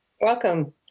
Welcome